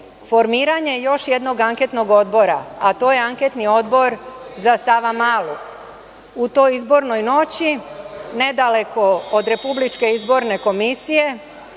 formiranje još jednog anketnog odbora, a to je anketni odbor za „Sava malu“. U toj izbornoj noći, nedaleko od RIK desilo se